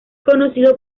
conocido